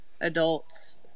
adults